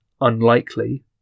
unlikely